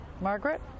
Margaret